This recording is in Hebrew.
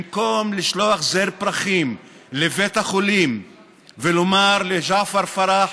במקום לשלוח זר פרחים לבית החולים ולומר לג'עפר פרח: